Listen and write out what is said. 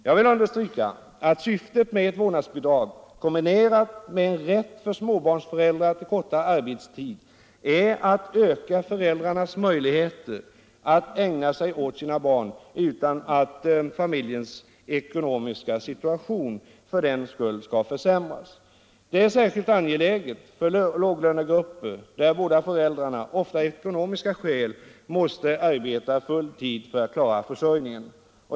Jag vill understryka att syftet med ett vårdnadsbidrag kombinerat med en rätt för småbarnsföräldrar till kortare arbetstid är att öka föräldrarnas möjligheter att ägna sig åt sina barn utan att familjens ekonomiska situation för den skull försämras. Detta är särskilt angeläget för låglönegrupperna, där båda föräldrarna av ekonomiska skäl ofta måste arbeta full tid för att klara försörjningen.